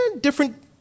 different